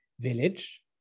village